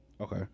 Okay